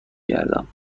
گردم